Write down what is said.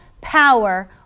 power